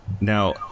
Now